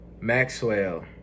Maxwell